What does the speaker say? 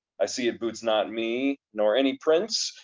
i see it boots not me, nor any prince,